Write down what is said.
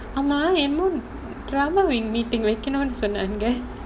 ஆமா என்ன:aamaa enna drama wing meeting cannot seen